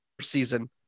season